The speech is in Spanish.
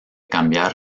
cambiar